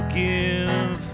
give